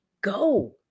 Go